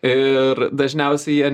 ir dažniausiai jie